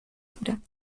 بودم